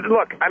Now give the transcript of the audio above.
Look